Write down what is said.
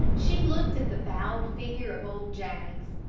she looked at the bowed figure of old jaggs.